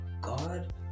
God